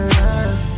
love